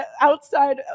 outside